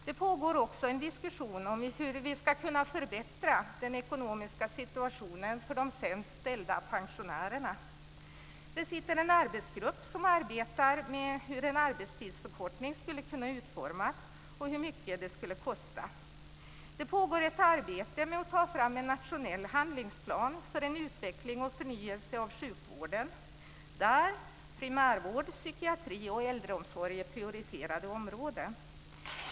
Det pågår också en diskussion om hur vi ska kunna förbättra den ekonomiska situationen för de sämst ställda pensionärerna. En arbetsgrupp arbetar med hur en arbetstidsförkortning skulle kunna utformas och med hur mycket en sådan skulle kosta. Det pågår också ett arbete med att ta fram en nationell handlingsplan för en utveckling och förnyelse av sjukvården, där primärvård, psykiatri och äldreomsorg är prioriterade områden.